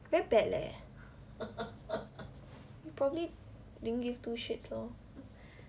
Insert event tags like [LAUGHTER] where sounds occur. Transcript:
[NOISE] very bad leh you probably didn't give two shits lor